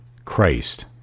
Christ